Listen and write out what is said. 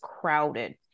crowded